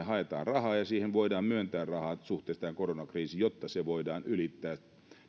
haetaan rahaa ja niihin voidaan myöntää rahaa suhteessa tähän koronakriisiin jotta se voidaan ylittää